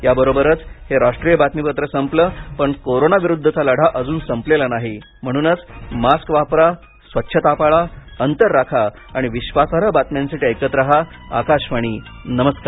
याबरोबरच हे राष्ट्रीय बातमीपत्र संपलं पण कोरोना विरुद्धचा लढा अजून संपलेला नाही म्हणूनच मास्क वापरा स्वच्छता पाळा अंतर राखा आणि विश्वासार्ह बातम्यांसाठी ऐकत रहा आकाशवाणी नमस्कार